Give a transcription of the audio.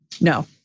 No